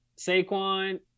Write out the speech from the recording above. Saquon